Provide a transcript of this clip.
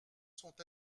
sont